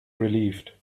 relieved